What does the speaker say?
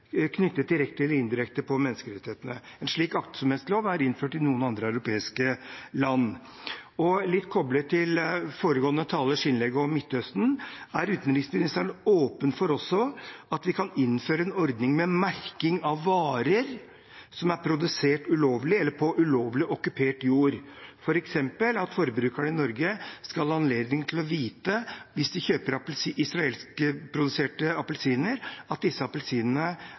knyttet direkte eller indirekte til menneskerettighetene? En slik aktsomhetslov er innført i noen andre europeiske land. Og litt koblet til foregående talers innlegg om Midtøsten: Er utenriksministeren åpen for at vi kan innføre en ordning med merking av varer som er produsert på ulovlig okkupert jord, slik at f.eks. forbrukerne i Norge skal ha anledning til å vite at hvis de kjøper israelskproduserte appelsiner, er disse